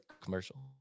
commercial